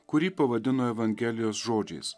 kurį pavadino evangelijos žodžiais